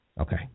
Okay